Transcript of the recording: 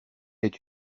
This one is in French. est